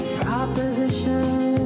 proposition